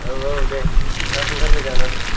औ औ दे थाब ओंखारबो जानानै